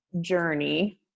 journey